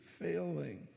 failing